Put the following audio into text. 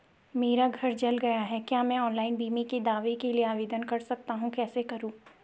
मेरा घर जल गया है क्या मैं ऑनलाइन बीमे के दावे के लिए आवेदन कर सकता हूँ कैसे करूँ?